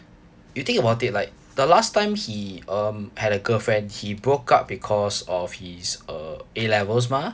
you think about it like the last time he um had a girlfriend he broke up because of his uh A levels mah